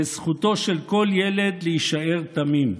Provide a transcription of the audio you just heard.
וזכותו של כל ילד להישאר תמים.